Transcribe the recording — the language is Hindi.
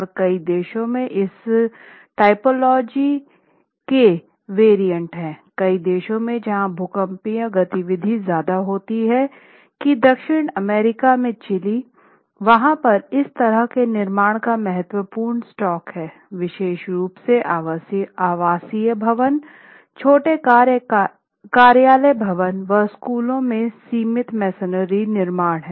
और कई देशों में इस टाइपोलॉजी के वेरिएंट हैं कई देशों में जहाँ भूकंपीय गतिविधि ज़्यादा होती हैं की दक्षिण अमेरिका में चिली वहां पर इस तरह के निर्माण का महत्वपूर्ण स्टॉक है विशेष रूप से आवासीय भवन छोटे कार्यालय भवन व स्कूलो में सीमित मेसनरी निर्माण हैं